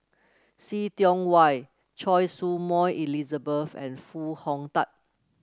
See Tiong Wah Choy Su Moi Elizabeth and Foo Hong Tatt